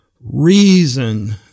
reason